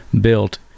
built